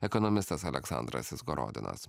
ekonomistas aleksandras izgorodinas